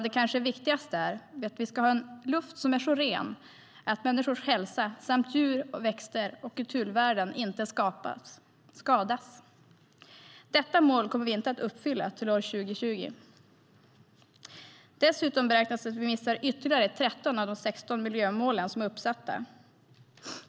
Det kanske viktigaste är att vi ska ha en luft som är så ren att människors hälsa samt djur, växter och kulturvärden inte skadas. Detta mål kommer vi inte att uppfylla till år 2020. Dessutom beräknas att vi missar ytterligare 13 av de 16 miljömål som är uppsatta.